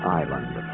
island